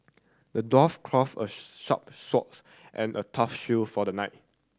the dwarf crafted a sharp sword and a tough shield for the knight